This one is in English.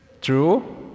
True